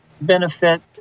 benefit